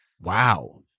Wow